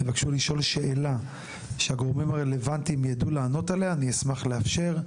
תבקשו לשאול שאלה שהגורמים הרלוונטיים ידעו לענות עליה אני אשמח לאפשר.